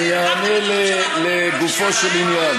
אני אענה לגופו של עניין.